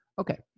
Okay